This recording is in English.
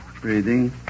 breathing